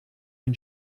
den